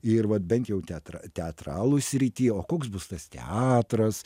ir vat bent jau teatr teatralų srityje o koks bus tas teatras